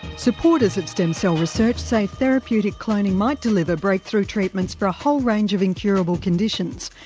supporters of stem cell research say therapeutic cloning might deliver breakthrough treatments for a whole range of incurable conditions,